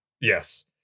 Yes